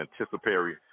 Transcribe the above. anticipatory